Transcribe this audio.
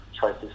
choices